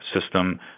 system